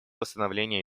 восстановления